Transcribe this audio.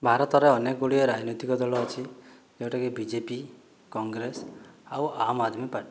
ଭାରତରେ ଅନେକଗୁଡ଼ିଏ ରାଜନୈତିକ ଦଳ ଅଛି ଯେଉଁଟାକି ବିଜେପି କଂଗ୍ରେସ ଆଉ ଆମ ଆଦ୍ମି ପାର୍ଟି